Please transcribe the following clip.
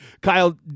Kyle